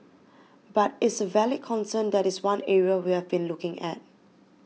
but is a valid concern that is one area we have been looking at